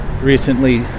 recently